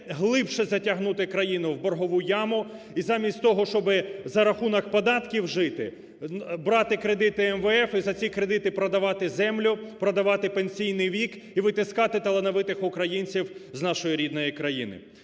глибше затягнути країну в боргову яму і замість того, щоби за рахунок податків жити, брати кредити МВФ і за ці кредити продавати землю, продавати пенсійний вік і витискати талановитих українців з нашої рідної країни.